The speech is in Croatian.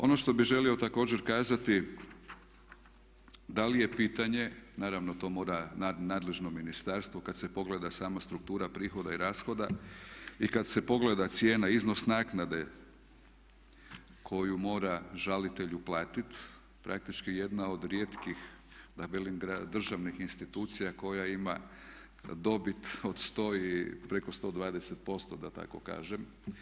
Ono što bih želio također kazati da li je pitanje, naravno to mora nadležno ministarstvo, kada se pogleda sama struktura prihoda i rashoda i kada se pogleda cijena, iznos naknade koju mora žalitelj uplatiti praktički jedna od rijetkih da velim državnih institucija koja ima dobit od 100 i, preko 120% da tako kažem.